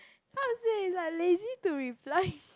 how to say like lazy to reply